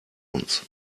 uns